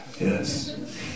Yes